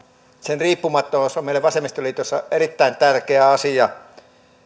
sen riippumattomuus on meille vasemmistoliitossa erittäin tärkeä asia